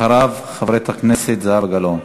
אחריו, חברת הכנסת זהבה גלאון.